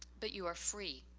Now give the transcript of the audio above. but you are free.